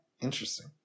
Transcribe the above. Interesting